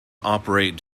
operate